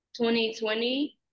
2020